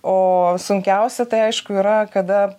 o sunkiausia tai aišku yra kada